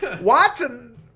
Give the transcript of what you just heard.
Watson